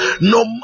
No